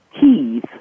keys